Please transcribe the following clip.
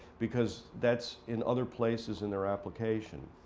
because that's in other places in their application.